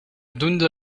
doende